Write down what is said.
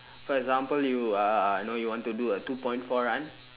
for example you uh know you want to do a two point four run